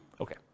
Okay